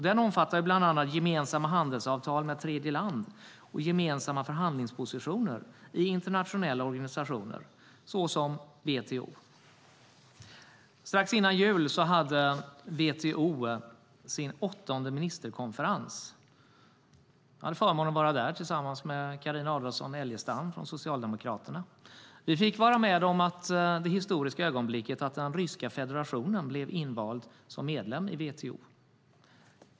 Den omfattar bland annat gemensamma handelsavtal med tredjeland och gemensamma förhandlingspositioner i internationella organisationer, såsom WTO. Strax före jul hade WTO sin åttonde ministerkonferens. Jag hade förmånen att tillsammans med Carina Adolfsson Elgestam från Socialdemokraterna vara där. Vi fick vara med om det historiska ögonblicket att Ryska federationen blev invald som medlem i WTO.